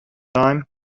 time